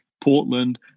Portland